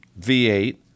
V8